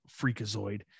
freakazoid